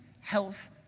health